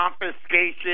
confiscation